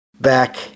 back